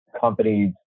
companies